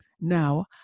Now